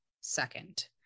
second